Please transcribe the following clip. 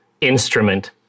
instrument